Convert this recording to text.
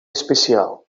especial